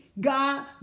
God